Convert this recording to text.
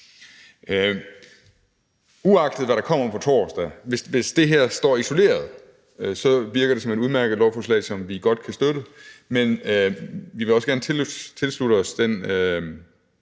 Uagtet hvad der kommer på torsdag, altså, hvis det her står isoleret, så virker det som et udmærket lovforslag, som vi godt kan støtte. Men vi vil også gerne tilslutte os den